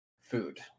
food